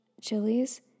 chilies